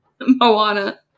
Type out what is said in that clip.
Moana